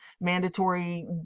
mandatory